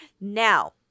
Now